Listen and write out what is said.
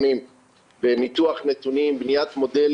בוקר טוב,